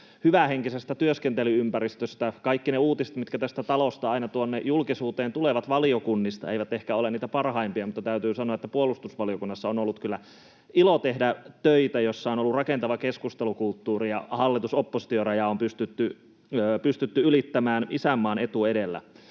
hyvähenkisestä työskentely-ympäristöstä. Kaikki ne uutiset, mitä tästä talosta aina tuonne julkisuuteen tulee valiokunnista, eivät ehkä ole niitä parhaimpia, mutta täytyy sanoa, että on ollut kyllä ilo tehdä töitä puolustusvaliokunnassa, jossa on ollut rakentavaa keskustelukulttuuria. Hallitus—oppositio-raja on pystytty ylittämään isänmaan etu edellä.